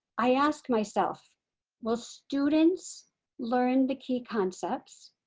i ask myself will students learn the key concepts?